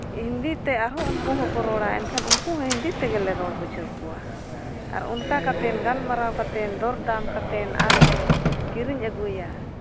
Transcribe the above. ᱦᱤᱱᱫᱤᱼᱛᱮ ᱟᱨᱦᱚᱸ ᱩᱱᱠᱩ ᱦᱚᱸᱠᱚ ᱨᱚᱲᱟ ᱮᱱᱠᱷᱟᱱ ᱩᱱᱠᱩ ᱦᱤᱱᱫᱤ ᱛᱮᱜᱮᱞᱮ ᱨᱚᱲ ᱵᱩᱡᱷᱟᱹᱣ ᱠᱚᱣᱟ ᱟᱨ ᱚᱱᱠᱟ ᱠᱟᱛᱮᱫ ᱜᱟᱞᱢᱟᱨᱟᱣ ᱠᱟᱛᱮᱫ ᱫᱚᱨᱫᱟᱢ ᱠᱟᱛᱮᱫ ᱟᱨᱞᱮ ᱠᱤᱨᱤᱧ ᱟᱹᱜᱩᱭᱟ